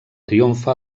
triomfa